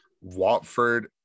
watford